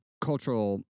cultural